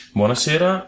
buonasera